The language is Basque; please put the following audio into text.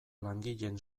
langileen